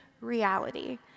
reality